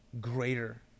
greater